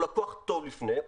הוא לקוח טוב לפני,